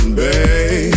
babe